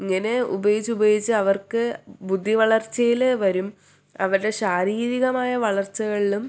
ഇങ്ങനെ ഉപയോഗിച്ച് ഉപയോഗിച്ച് അവർക്ക് ബുദ്ധി വളർച്ചയിൽ വരും അവരുടെ ശാരീരികമായ വളർച്ചകളിലും